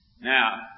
Now